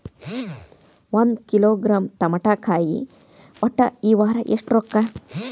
ಒಂದ್ ಕಿಲೋಗ್ರಾಂ ತಮಾಟಿಕಾಯಿ ಒಟ್ಟ ಈ ವಾರ ಎಷ್ಟ ರೊಕ್ಕಾ?